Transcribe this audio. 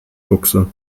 buchse